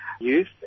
youth